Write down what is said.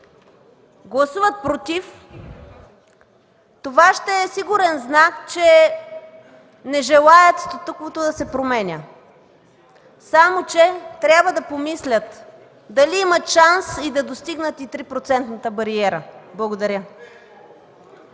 гласуват „против”, това ще е сигурен знак, че не желаят статуквото да се променя. Само че трябва да помислят дали имат шанс да достигнат и 3-процентната бариера! Благодаря.